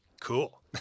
cool